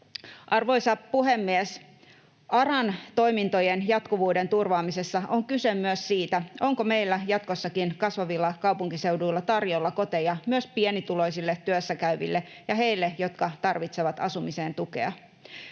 Arvoisa puhemies! ARAn toimintojen jatkuvuuden turvaamisessa on kyse myös siitä, onko meillä jatkossakin kasvavilla kaupunkiseuduilla tarjolla koteja myös pienituloisille työssäkäyville ja heille, jotka tarvitsevat asumiseen tukea.